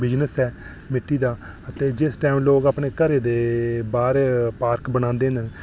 business ऐ मिट्टी दा ते जिस टैम लोक अपने घरै दे बाहर पार्क बनांदे न